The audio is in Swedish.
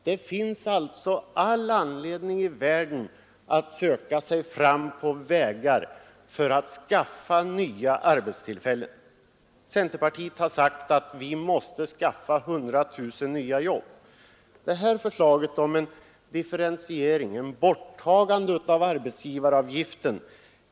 Det finns alltså all anledning i världen att söka sig fram på vägar som kan ge oss nya Centerpartiet har sagt att vi måste skaffa 100 000 nya jobb. Vi har här förslaget om en differentiering, ett borttagande av arbetsgivaravgiften.